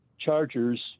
Chargers